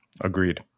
Agreed